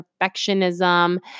perfectionism